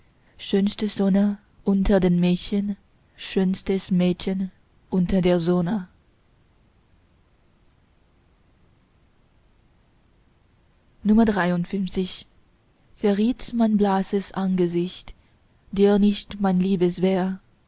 schönste sonne unter den mädchen schönstes mädchen unter der sonne liii verriet mein blasses angesicht dir nicht mein liebeswehe